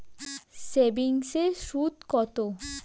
সেভিংসে সুদ কত?